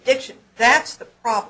fiction that's the problem